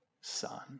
son